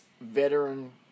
veteran